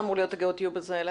הגיאוטיוב האלה?